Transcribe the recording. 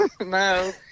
No